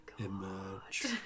emerge